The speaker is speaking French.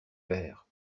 verres